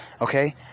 Okay